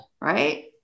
Right